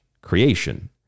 creation